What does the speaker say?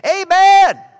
Amen